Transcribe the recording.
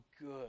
good